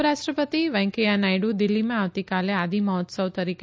ઉપરાષ્ટ્રપતિ વેંકૈયા નાયડુ દિલ્હીમાં આવતીકાલે આદિ મહોત્સવ તરીકે